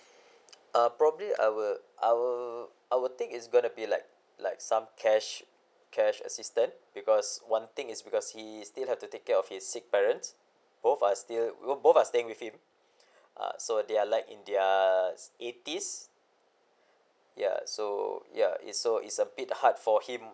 uh probably I will I will I will think is gonna be like like some cash cash assistant because one thing is because he still have to take care of his sick parents both are still both are staying with him uh so they are like in their eighties ya so ya it's so is a bit hard for him